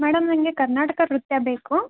madam ನನಗೆ ಕರ್ನಾಟಕ ನೃತ್ಯಬೇಕು